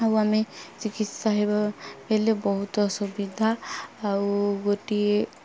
ଆଉ ଆମେ ଚିକିତ୍ସା ହେବା ହେଲେ ବହୁତ ସୁବିଧା ଆଉ ଗୋଟିଏ